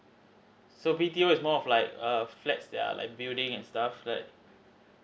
so B_T_O is more of like a flats that are like building and stuff like